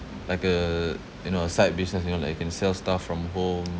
like a you know a side business you know like you can sell stuff from home